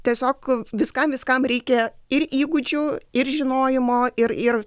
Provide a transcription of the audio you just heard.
tiesiog viskam viskam reikia ir įgūdžių ir žinojimo ir ir